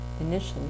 initially